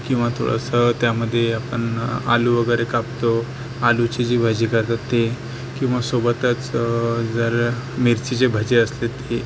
किंवा थोडंसं त्यामध्ये आपण आलू वगैरे कापतो आलूची जी भजी करतात ते किंवा सोबतच जर मिरचीचे भजी असते ती